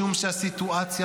משום שהסיטואציה,